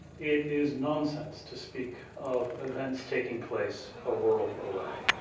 it is nonsense to speak of events taking place a world away.